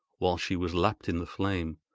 while she was lapped in the flame,